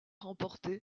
remporté